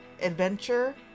adventure